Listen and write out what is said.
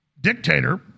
dictator